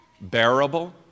bearable